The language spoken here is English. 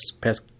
past